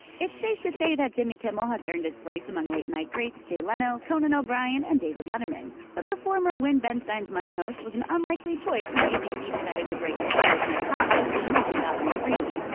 it's safe to say that jimmy kimmel has earned his place among late-night greats jay leno, conan o'brien, and david letterman, but the former win ben stein's money host was an unlikely choice when abc decided to break into the late-night talk show scene in and two thousand and three.